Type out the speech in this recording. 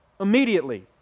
immediately